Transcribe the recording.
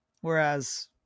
Whereas –